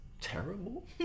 Terrible